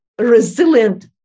resilient